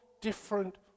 different